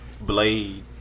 Blade